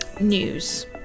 news